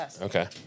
okay